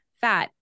fat